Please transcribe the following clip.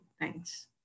Thanks